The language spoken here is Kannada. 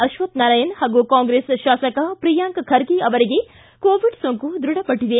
ಅಶ್ಲಥನಾರಾಯಣ ಪಾಗೂ ಕಾಂಗ್ರೆಸ್ ಶಾಸಕ ಪ್ರಿಯಾಂಕ್ ಖರ್ಗೆ ಅವರಿಗೆ ಕೋವಿಡ್ ಸೋಂಕು ದೃಢಪಟ್ಟಿದೆ